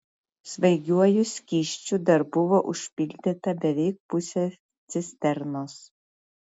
svaigiuoju skysčiu dar buvo užpildyta beveik pusė cisternos